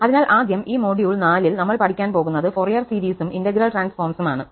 അതിനാൽ ആദ്യം ഈ മൊഡ്യൂൾ നാലിൽ നമ്മൾ പഠിക്കാൻ പോകുന്നത് ഫോറിയർ സീരീസും ഇന്റഗ്രൽ ട്രാൻസ്ഫോംസും ആണ്